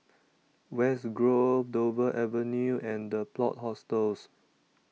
West Grove Dover Avenue and The Plot Hostels